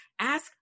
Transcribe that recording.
Ask